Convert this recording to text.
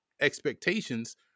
expectations